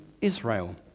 Israel